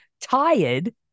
tired